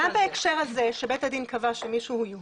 גם בהקשר הזה, כשבית הדין קבע שמישהו הוא יהודי,